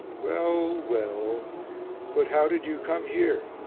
well well but how did you come here?